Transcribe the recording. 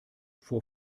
vor